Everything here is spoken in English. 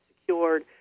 secured